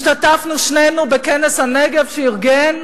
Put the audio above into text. השתתפנו שנינו בכנס הנגב שארגן